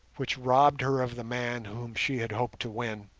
which robbed her of the man whom she had hoped to win,